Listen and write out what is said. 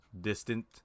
distant